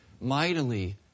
mightily